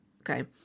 Okay